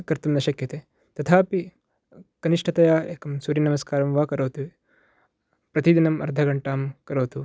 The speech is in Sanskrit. कर्तुं न शक्यते तथापि कनिष्ठतया एकं सूर्यनमस्कारं वा करोतु प्रतिदिनम् अर्धघण्टां करोतु